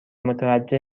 متوجه